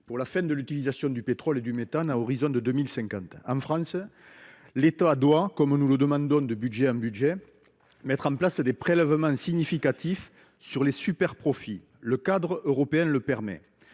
de la fin de l’utilisation du pétrole et du méthane à l’horizon 2050 ? En France, l’État doit, comme nous le demandons de budget en budget, mettre en place des prélèvements significatifs sur les superprofits. Le cadre européen le permet.